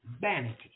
Vanity